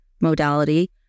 modality